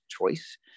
choice